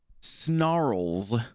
Snarls